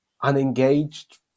unengaged